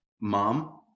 mom